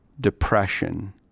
depression